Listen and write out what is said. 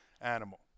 animal